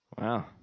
Wow